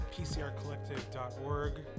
pcrcollective.org